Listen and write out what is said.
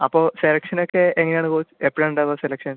അപ്പോൾ സെലക്ഷൻ ഒക്കെ എങ്ങനെയാണ് കോച്ച് എപ്പോഴാണ് ഉണ്ടാവുക സെലക്ഷൻ